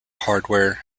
hardware